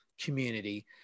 community